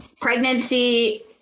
pregnancy